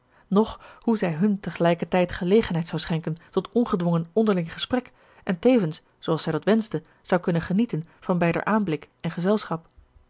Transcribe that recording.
noch hoe zij hun tegelijkertijd gelegenheid zou schenken tot ongedwongen onderling gesprek en tevens zooals zij dat wenschte zou kunnen genieten van beider aanblik en gezelschap